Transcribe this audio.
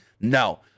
No